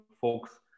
folks